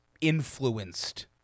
influenced